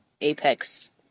Apex